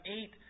eight